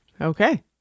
Okay